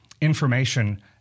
information